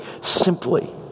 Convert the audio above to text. simply